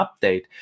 update